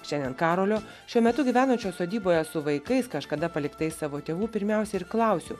šiandien karolio šiuo metu gyvenančio sodyboje su vaikais kažkada paliktais savo tėvų pirmiausia ir klausiu